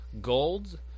Gold